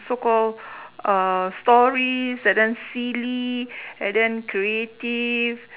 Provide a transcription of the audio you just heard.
so call uhh stories and then silly and then creative